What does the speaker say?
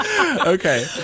Okay